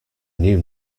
new